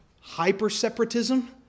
hyper-separatism